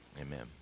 Amen